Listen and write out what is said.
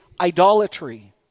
idolatry